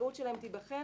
תיבחן